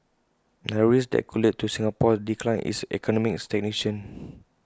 narrow risk that could lead to Singapore's decline is economic stagnation